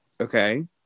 Okay